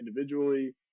individually